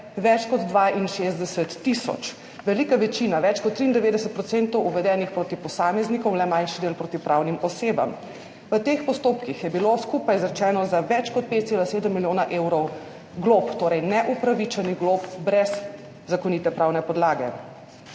več kot 62 tisoč, velika večina, več kot 93 % uvedenih proti posameznikom, le manjši del proti pravnim osebam. V teh postopkih je bilo skupaj izrečenih za več kot 5,7 milijona evrov glob, torej neupravičenih glob, brez zakonite pravne podlage.